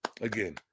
again